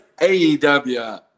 AEW